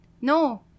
No